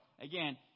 Again